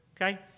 Okay